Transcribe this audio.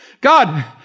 God